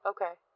Okay